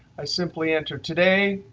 i simply enter today,